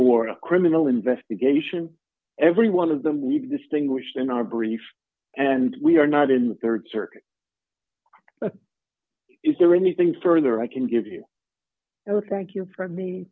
a criminal investigation every one of them we distinguished in our brief and we are not in rd circuit is there anything further i can give you the thank you for me